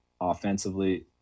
offensively